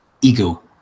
ego